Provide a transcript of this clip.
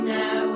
now